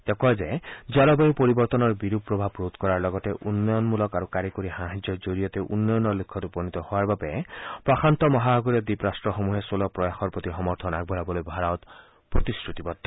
তেওঁ কয় যে জলবায়ু পৰিৱৰ্তনৰ বিৰূপ প্ৰভাৱ ৰোধ কৰাৰ লগতে উন্নয়নমূলক আৰু কাৰিকৰী সাহায্যৰ জৰিয়তে উন্নয়নৰ লক্ষ্যত উপনীত হোৱাৰ বাবে প্ৰশান্ত মহাসাগৰীয় দ্বীপৰাট্টসমূহে চলোৱা প্ৰয়াসৰ প্ৰতি সমৰ্থন আগবঢ়াবলৈ ভাৰত প্ৰতিশ্ৰুতিবদ্ধ